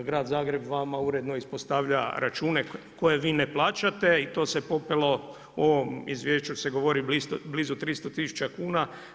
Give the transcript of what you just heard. Grad Zagreb vama uredno ispostavlja račune koje vi ne plaćate i to se popelo, u ovom izvješću se govori blizu 300000 kn.